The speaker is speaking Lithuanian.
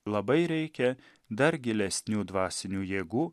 labai reikia dar gilesnių dvasinių jėgų